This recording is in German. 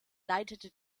leitete